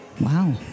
Wow